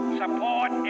support